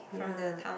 ya